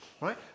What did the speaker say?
Right